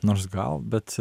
nors gal bet